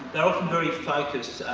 they're often very focused,